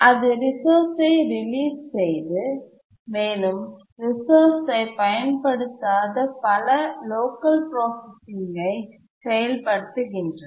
அது ரிசோர்ஸ்ஐ ரிலீஸ் செய்து மேலும் ரிசோர்ஸ் ஐ பயன்படுத்தாத பல லோக்கல் ப்ராசசிங் ஐ செயல் படுத்துகின்றன